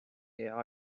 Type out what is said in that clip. hea